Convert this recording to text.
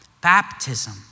Baptism